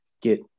get